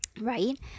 right